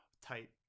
tight